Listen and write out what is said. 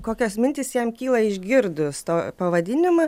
kokios mintys jam kyla išgirdus to pavadinimą